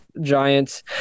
giants